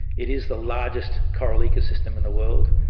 it is the largest coral ecosystem in the world,